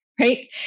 right